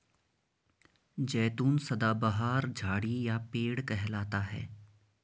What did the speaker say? जैतून सदाबहार झाड़ी या पेड़ कहलाता है